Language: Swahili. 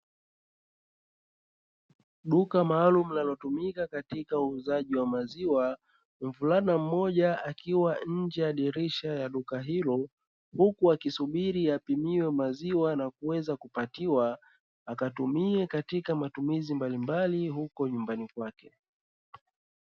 Duka maalumu linalotumika kwa ajili ya uuzaji wa maziwa mvulana mmoja akiwa nje ya dirisha la duka hilo, huku akisubiri apimiwe maziwa na kuweza kupatiwa akatumie katika matumizi mbalimbali huko nyumbani kwake.